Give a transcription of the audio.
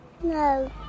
No